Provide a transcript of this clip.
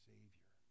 Savior